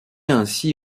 ainsi